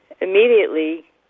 immediately